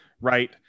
right